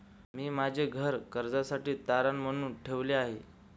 मी माझे घर कर्जासाठी तारण म्हणून ठेवले आहे